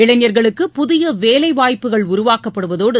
இளைஞர்களுக்கு புதிய வேலைவாய்ப்புகள் உருவாக்கப்படுவதோடு